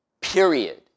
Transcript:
period